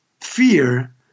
fear